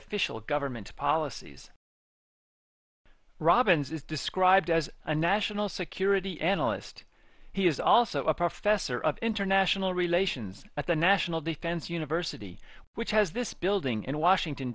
official government policies robins is described as a national security analyst he is also a professor of international relations at the national defense university which has this building in washington